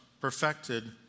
Perfected